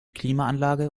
klimaanlage